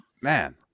Man